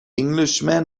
englishman